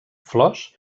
flors